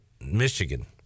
Michigan